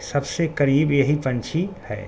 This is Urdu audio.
سب سے قریب یہی پنچھی ہے